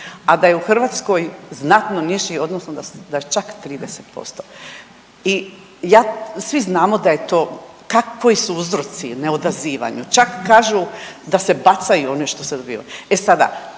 a da je u Hrvatskoj znatno niži, odnosno da je čak 30% i ja, svi znamo da je to, kakvi su uzroci neodazivanju, čak kažu da se bacaju oni što